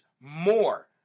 more